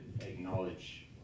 acknowledge